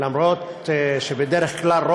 אף שבדרך כלל,